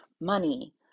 money